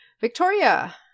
Victoria